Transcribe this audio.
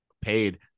paid